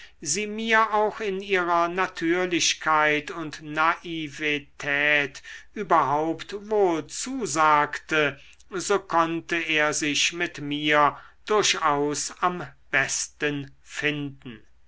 sie mir auch in ihrer natürlichkeit und naivetät überhaupt wohl zusagte so konnte er sich mit mir durchaus am besten finden